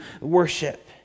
worship